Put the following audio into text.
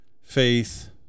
faith